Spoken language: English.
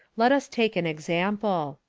let us take an example.